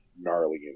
gnarly